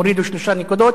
הורידו שלוש נקודות,